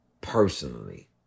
personally